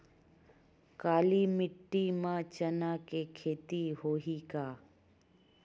काली माटी म चना के खेती होही का?